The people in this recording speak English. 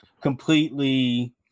completely